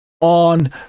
on